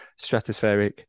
stratospheric